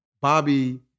Bobby